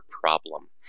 problem